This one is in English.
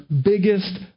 biggest